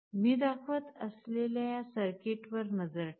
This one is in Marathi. मी दाखवत असलेल्या या सर्किटवर नजर टाका